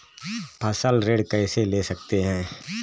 फसल ऋण कैसे ले सकते हैं?